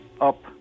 up